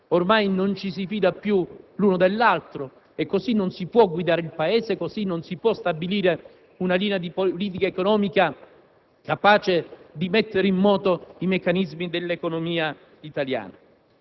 ormai non ci si fida più l'uno dell'altro e così non si può guidare il Paese, così non si può stabilire una linea di politica economica capace di mettere in moto i meccanismi dell'economia italiana.